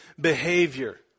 behavior